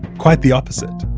quite the opposite.